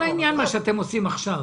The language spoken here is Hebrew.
זה לא לעניין מה שאתם עושים עכשיו.